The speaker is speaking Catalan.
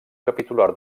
capitular